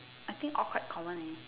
I think all quite common leh